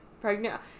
pregnant